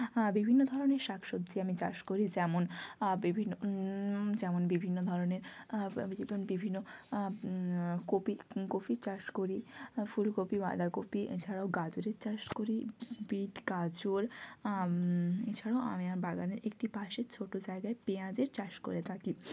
আ বিভিন্ন ধরনের শাক সবজি আমি চাষ করি যেমন বিভিন যেমন বিভিন্ন ধরনের যেমন বিভিন্ন কপি কপির চাষ করি ফুলকপি বাঁধাকপি এছাড়াও গাজরের চাষ করি বীট গাজর এছাড়াও আমি আমার বাগানের একটি পাশের ছোটো জায়গায় পেঁয়াজের চাষ করে থাকি